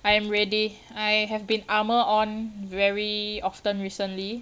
I am ready I have been armour on very often recently